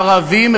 ערבים,